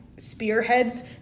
Spearheads